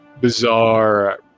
bizarre